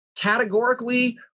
categorically